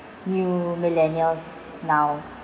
new millennials now